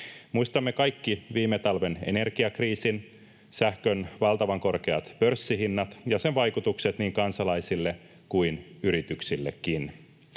Muistamme kaikki viime talven energiakriisin, sähkön valtavan korkeat pörssihinnat ja sen vaikutukset niin kansalaisiin kuin yrityksiinkin.